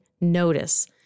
notice